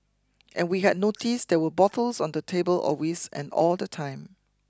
and we had noticed there were bottles on the table always and all the time